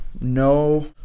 No